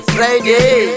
Friday